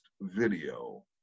video